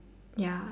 ya